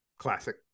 classic